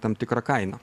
tam tikrą kainą